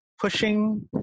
pushing